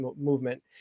movement